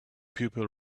people